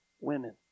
women